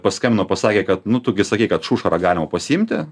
paskambino pasakė kad nu tu gi sakei kad šušarą galima pasiimti